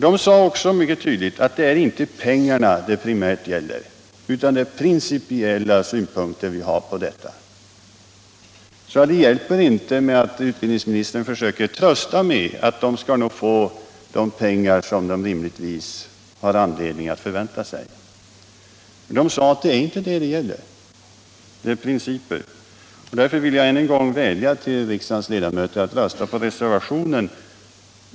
De sade också mycket tydligt att det är inte pengarna det primärt gäller, utan det är principiella synpunkter man har på detta. Det hjälper inte att utbildningsministern försöker trösta med att de nog skall få de pengar som de rimligtvis har anledning att förvänta sig. Det är inte detta det gäller, utan det är principer. Därför vill jag än en gång vädja till riksdagens ledamöter att rösta för reservationen.